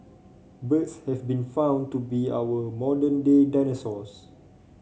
birds have been found to be our modern day dinosaurs